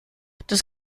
das